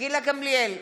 גילה גמליאל,